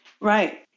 Right